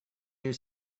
you